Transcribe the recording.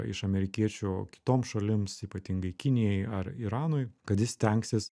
iš amerikiečių kitoms šalims ypatingai kinijai ar iranui kad jis stengsis